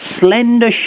slender